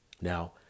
Now